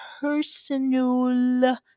personal